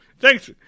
Thanks